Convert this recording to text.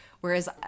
Whereas